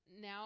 now